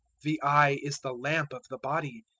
the eye is the lamp of the body.